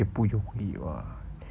也不容易 [what]